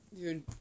Dude